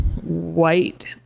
white